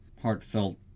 Heartfelt